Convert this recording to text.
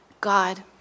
God